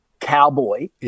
cowboy